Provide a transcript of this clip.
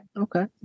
Okay